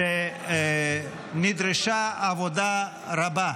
שנדרשה עבודה רבה,